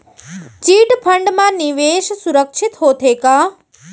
Chit fund मा निवेश सुरक्षित होथे का?